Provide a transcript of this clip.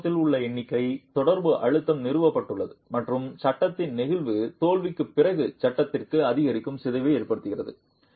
இடதுபுறத்தில் உள்ள எண்ணிக்கை தொடர்பு அழுத்தம் நிறுவப்பட்டுள்ளது மற்றும் சட்டத்தின் நெகிழ் தோல்விக்குப் பிறகு சட்டகத்திற்கு அதிகரித்த சிதைவு ஏற்படுகிறது